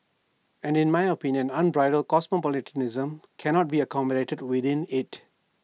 and in my opinion unbridled cosmopolitanism cannot be accommodated within IT